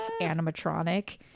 animatronic